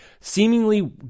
seemingly